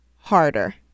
harder